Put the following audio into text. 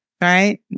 right